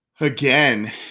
again